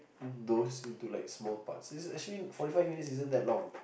those into like small parts it's actually forty five minutes isn't that long